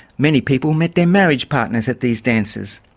many people met their marriage partners at these dances.